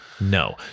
No